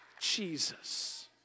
Jesus